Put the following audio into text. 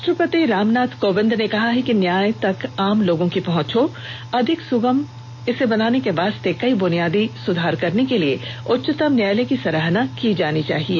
राष्ट्रपति रामनाथ कोविंद ने कहा है कि न्याय तक आम लोगों की पहुंच को अधिक सुगम बनाने के वास्ते कई बुनियादी सुधार करने के लिए उच्चतम न्यायालय की सराहना की जानी चाहिए